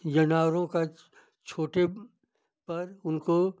यनारों का छोटे पर उनको